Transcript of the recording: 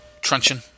truncheon